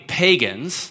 pagans